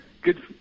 good